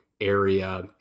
area